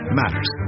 matters